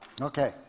Okay